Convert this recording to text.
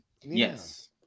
Yes